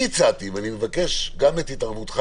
אני הצעתי ואני מבקש את התערבות השר,